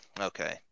okay